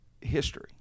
History